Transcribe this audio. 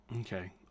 Okay